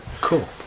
cool